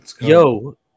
yo